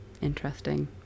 interesting